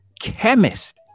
chemist